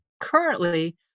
currently